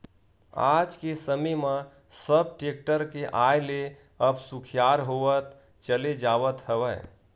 आज के समे म सब टेक्टर के आय ले अब सुखियार होवत चले जावत हवय